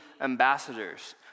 ambassadors